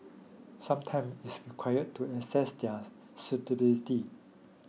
some time is required to assess their suitability